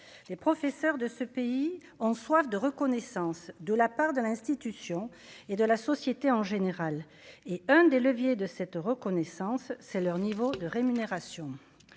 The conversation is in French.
les professeurs de ce pays en soif de reconnaissance de la part de l'institution et de la société en général est un des leviers de cette reconnaissance, c'est leur niveau de rémunération,